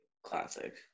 classic